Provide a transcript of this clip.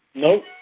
no.